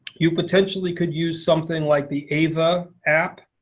you potentially could use something like the ava app.